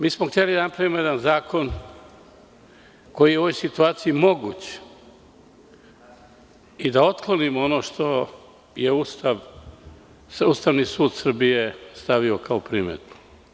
Mi smo hteli da napravimo jedan zakon koji je u ovoj situaciji moguć i da otklonimo ono što je Ustav, Ustavni sud Srbije stavio kao primedbu.